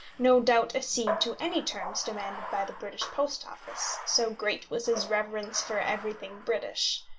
no doubt accede to any terms demanded by the british post office, so great was his reverence for everything british.